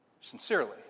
sincerely